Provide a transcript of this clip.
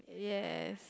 yes